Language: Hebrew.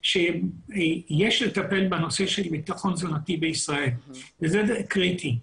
שיש לטפל בנושא של בטחון תזונתי בישראל וזה קריטי.